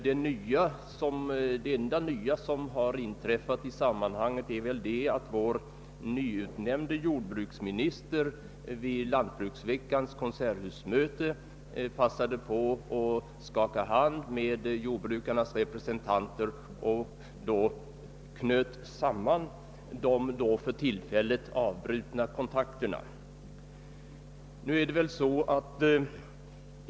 Det enda nya som inträffat i sammanhanget är att vår nyutnämnde jordbruksminister vid lantbruksveckans konserthusmöte passade på att skaka hand med jordbrukarnas representanter och knöt samman de då för tillfället avbrutna kontakterna, och det var ju bra gjort.